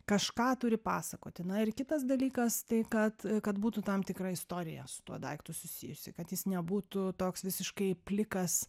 kažką turi pasakoti na ir kitas dalykas tai kad kad būtų tam tikra istorija su tuo daiktu susijusi kad jis nebūtų toks visiškai plikas